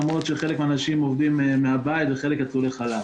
למרות שחלק מהאנשים עובדים מהבית וחלק יצאו לחל"ת.